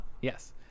Yes